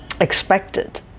expected